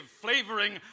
flavoring